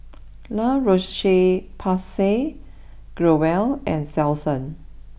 La Roche Porsay Growell and Selsun